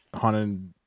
haunted